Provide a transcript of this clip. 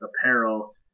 apparel